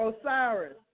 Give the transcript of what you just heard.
Osiris